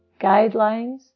guidelines